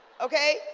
okay